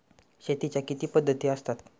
शेतीच्या किती पद्धती असतात?